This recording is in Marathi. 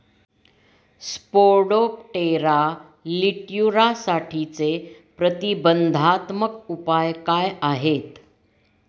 स्पोडोप्टेरा लिट्युरासाठीचे प्रतिबंधात्मक उपाय काय आहेत?